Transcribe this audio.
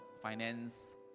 finance